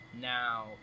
Now